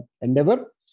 endeavor